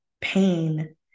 pain